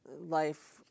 life